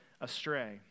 astray